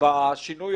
בשינוי